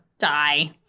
die